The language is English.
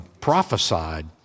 prophesied